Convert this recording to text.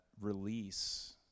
release